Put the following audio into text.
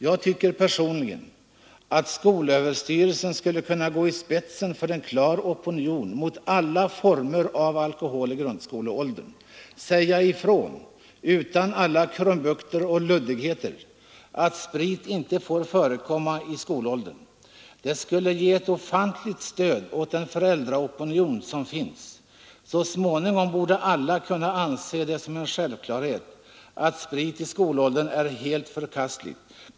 Jag tycker personligen att skolöverstyrelsen skulle kunna gå i spetsen för en klar opinion mot alla former av alkohol i grundskoleåldern. Säga ifrån — utan alla krumbukter och luddigheter — att sprit inte får förekomma i skolåldern! Det skulle ge ett ofantligt stöd åt den föräldraopinion som redan finns. Så småningom borde alla kunna anse det som en självklarhet att sprit i skolåldern är helt förkastligt.